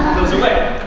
goes away.